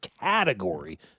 category